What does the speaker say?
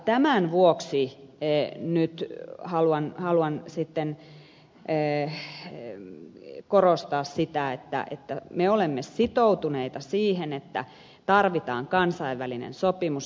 tämän vuoksi nyt haluan korostaa sitä että me olemme sitoutuneita siihen että tarvitaan kansainvälinen sopimus